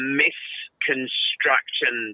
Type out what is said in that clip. misconstruction